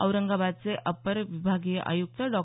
औरंगाबादचे अपर विभागीय आयुक्त डॉ